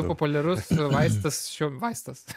populiarus vaistas šio vaistas